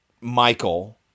Michael